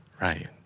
Right